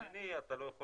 מצד שני, אתה לא יכול